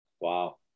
Wow